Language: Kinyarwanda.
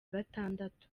gatandatu